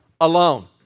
alone